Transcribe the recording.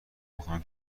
میخام